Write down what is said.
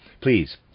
Please